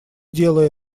делай